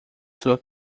sua